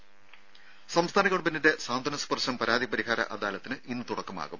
ദേദ സംസ്ഥാന ഗവൺമെന്റിന്റെ സാന്ത്വന സ്പർശം പരാതി പരിഹാര അദാലത്തിന് ഇന്ന് തുടക്കമാകും